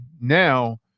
now